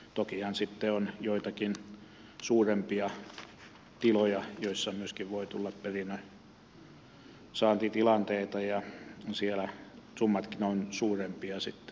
tokihan sitten on joitakin suurempia tiloja joissa myöskin voi tulla perinnönsaantitilanteita ja siellä summatkin ovat suurempia sitten